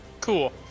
Cool